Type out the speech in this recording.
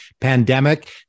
pandemic